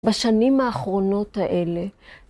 בשנים האחרונות האלה